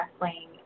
wrestling